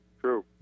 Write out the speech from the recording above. true